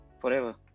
forever